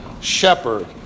shepherd